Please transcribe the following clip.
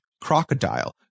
Crocodile